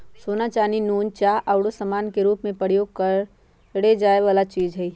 सोना, चानी, नुन, चाह आउरो समान के रूप में प्रयोग करए जाए वला चीज हइ